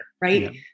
right